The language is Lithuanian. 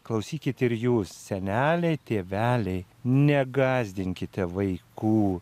klausykit ir jūs seneliai tėveliai negąsdinkite vaikų